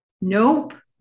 Nope